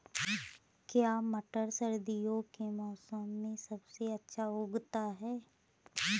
क्या टमाटर सर्दियों के मौसम में सबसे अच्छा उगता है?